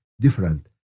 different